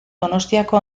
donostiako